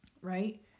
right